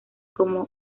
como